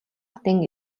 хотын